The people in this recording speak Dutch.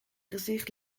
gezicht